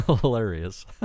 hilarious